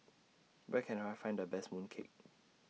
Where Can I Find The Best Mooncake